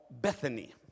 Bethany